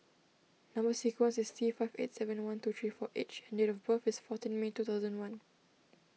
Number Sequence is T five eight seven one two three four H and date of birth is fourteen May two thousand and one